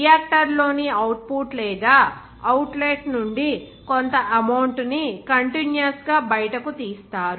రియాక్టర్లోని output లేదా outlet నుండి కొంత అమౌంట్ ని కంటిన్యూయస్ గా బయటకు తీస్తారు